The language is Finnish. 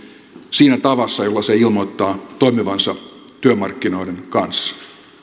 siinä tavassa jolla se ilmoittaa toimivansa työmarkkinoiden kanssa